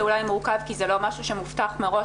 אולי מורכב כי זה לא משהו שמובטח מראש,